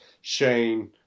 Shane